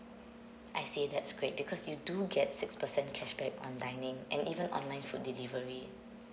I see that's great because you do get six percent cashback on dining and even online food delivery